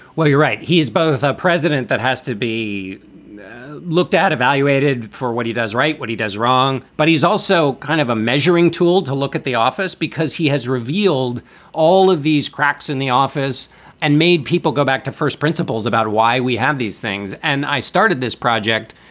well, you're right. he is both a president that has to be looked at, evaluated for what he does right, what he does wrong. but he's also kind of a measuring tool to look at the office because he has revealed all of these cracks in the office and made people go back to first principles about why we have these things. and i started this project,